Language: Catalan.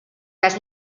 les